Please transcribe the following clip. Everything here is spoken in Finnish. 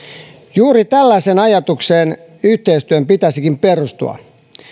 juuri tällaiseen ajatukseen yhteistyön pitäisikin perustua